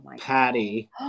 Patty